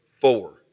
four